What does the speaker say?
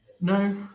No